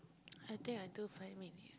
I think until five minutes